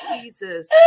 Jesus